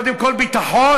קודם כול, ביטחון.